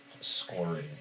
scoring